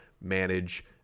manage